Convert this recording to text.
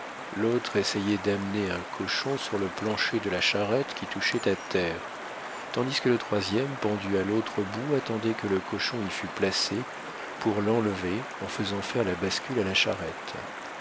l'autre essayait d'amener un cochon sur le plancher de la charrette qui touchait à terre tandis que le troisième pendu à l'autre bout attendait que le cochon y fût placé pour l'enlever en faisant faire la bascule à la charrette